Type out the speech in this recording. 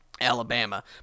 Alabama